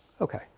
Okay